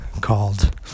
called